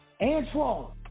Antoine